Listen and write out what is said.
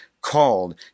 called